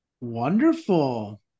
Wonderful